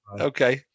Okay